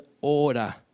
order